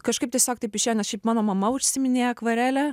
kažkaip tiesiog taip išėjo nes šiaip mano mama užsiiminėja akvarele